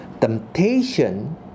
temptation